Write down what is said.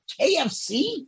KFC